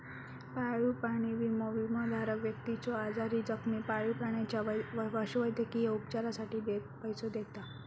पाळीव प्राणी विमो, विमोधारक व्यक्तीच्यो आजारी, जखमी पाळीव प्राण्याच्या पशुवैद्यकीय उपचारांसाठी पैसो देता